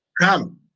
Come